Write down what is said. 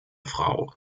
frau